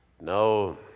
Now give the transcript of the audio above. No